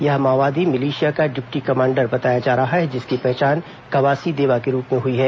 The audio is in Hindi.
यह माओवादी मिलिशिया का डिप्टी कमांडर बताया जा रहा है जिसकी पहचान कवासी देवा के रूप में हई है